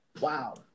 wow